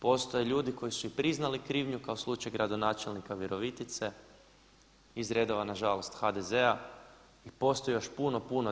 Postoje ljudi koji su i priznali krivnju kao slučaj gradonačelnika Virovitice iz redova na žalost HDZ-a i postoji još puno, puno.